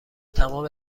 تمام